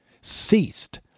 ceased